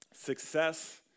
Success